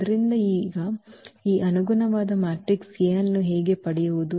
ಆದ್ದರಿಂದ ಈಗ ಈ ಅನುಗುಣವಾದ ಮ್ಯಾಟ್ರಿಕ್ಸ್ A ಅನ್ನು ಹೇಗೆ ಪಡೆಯುವುದು